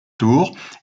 tours